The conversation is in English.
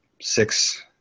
six